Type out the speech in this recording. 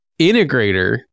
integrator